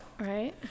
Right